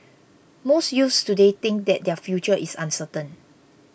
most youths today think that their future is uncertain